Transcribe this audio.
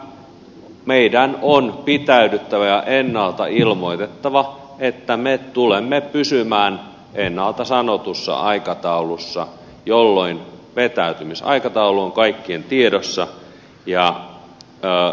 niinpä meidän on pitäydyttävä ja ennalta ilmoitettava että me tulemme pysymään ennalta sanotussa aikataulussa jolloin vetäytymisaikataulu on kaikkien tiedossa ja hallittavissa